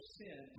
sin